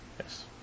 Yes